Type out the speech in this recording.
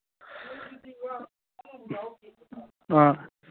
ꯑꯥ